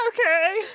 Okay